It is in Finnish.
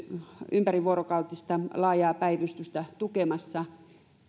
ympärivuorokautista laajaa päivystystä tukemassa